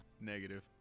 Negative